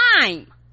time